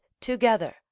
together